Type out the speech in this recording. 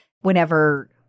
whenever